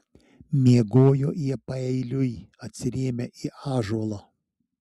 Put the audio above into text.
miegojo jie paeiliui atsirėmę į ąžuolą